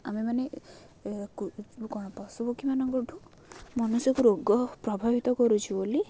ଆମେମାନେ କ'ଣ ପଶୁପକ୍ଷୀମାନଙ୍କଠୁ ମନୁଷ୍ୟକୁ ରୋଗ ପ୍ରଭାବିତ କରୁଛୁ ବୋଲି